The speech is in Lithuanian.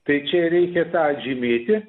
tai čia reikia tą atžymėti